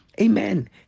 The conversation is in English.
Amen